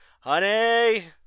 honey